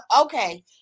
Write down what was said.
okay